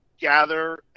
gather